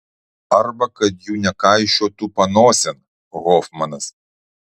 arba kad jų nekaišiotų panosėn hofmanas